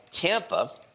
Tampa